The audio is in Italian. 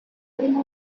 del